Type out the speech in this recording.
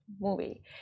movie